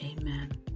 Amen